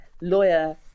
lawyer